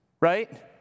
Right